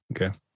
okay